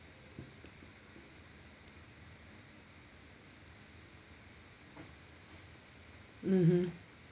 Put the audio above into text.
mmhmm